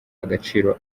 agaciro